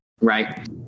right